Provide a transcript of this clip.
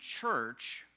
church